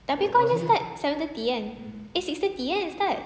tapi kau punya start seven thirty kan eh six thirty kan start